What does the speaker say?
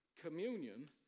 Communion